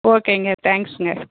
ஓகேங்க தேங்க்ஸுங்க